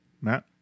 Matt